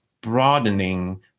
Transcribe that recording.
broadening